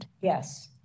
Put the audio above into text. Yes